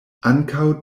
ankaŭ